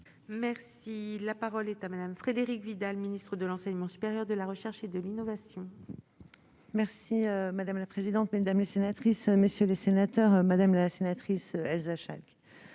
Merci, la parole est à Madame Frédérique Vidal, ministre de l'enseignement supérieur de la recherche et de l'innovation. Merci madame la présidente, madame la sénatrice, messieurs les sénateurs, Madame la sénatrice, elles achètent